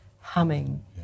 humming